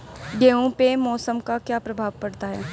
गेहूँ पे मौसम का क्या प्रभाव पड़ता है?